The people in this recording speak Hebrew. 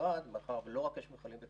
שהמשרד מאחר ולא רק בקצא"א יש מכלים,